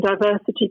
Diversity